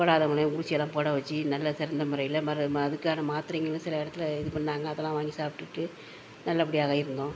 போடாதவங்களையும் ஊசி எல்லாம் போட வச்சி நல்ல சிறந்த முறையில் மரு மா அதுக்கான மாத்திரைங்களும் சில இடத்துல இது பண்ணாங்க அதெல்லாம் வாங்கி சாப்பிடுட்டு நல்லப்படியாக இருந்தோம்